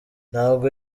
ntabwo